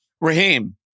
Raheem